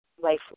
life